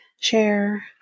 share